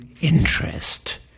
interest